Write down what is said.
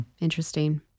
Interesting